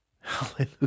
Hallelujah